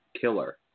killer